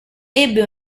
ebbe